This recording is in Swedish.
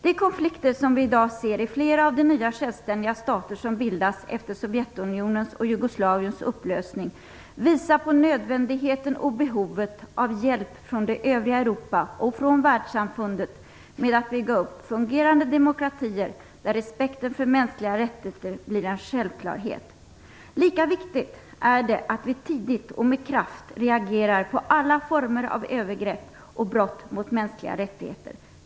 De konflikter som vi i dag ser i flera av de nya, självständiga stater som bildats efter Sovjetunionens och Jugoslaviens upplösning visar på nödvändigheten och behovet av hjälp från det övriga Europa och från världssamfundet med att bygga upp fungerande demokratier, där respekten för mänskliga rättigheter blir en självklarhet. Lika viktigt är det att vi tidigt och med kraft reagerar på alla former av övergrepp och brott mot mänskliga rättigheter.